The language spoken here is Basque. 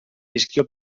dizkio